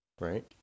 right